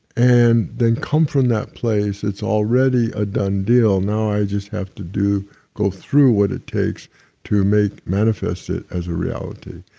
and they come from that place it's already a done deal. now, i just have to do go through what it takes to make manifest it as a reality,